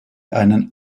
einen